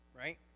right